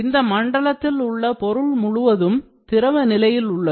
இந்த மண்டலத்தில் பொருள் முழுவதும் திரவ நிலையில் உள்ளது